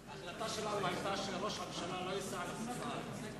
ההחלטה שלנו היתה שראש הממשלה לא ייסע לחוץ-לארץ.